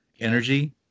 energy